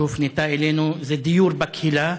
שהופנתה אלינו היא דיור בקהילה,